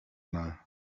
know